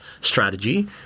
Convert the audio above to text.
strategy